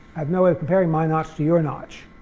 have no way of comparing my notch to your notch.